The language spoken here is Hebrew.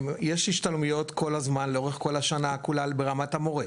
יש השתלמויות כל הזמן לאורך כל השנה ברמת המורה.